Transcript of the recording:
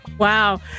wow